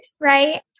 right